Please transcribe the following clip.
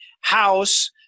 house